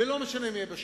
ולא משנה מי יהיה בשלטון.